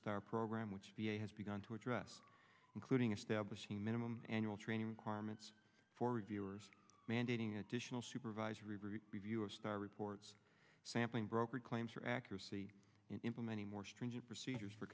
star program which v a has begun to address including establishing minimum annual training karmas for reviewers mandating additional supervisory review of star reports sampling broker claims for accuracy in implementing more stringent procedures for